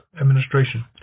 Administration